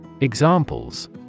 Examples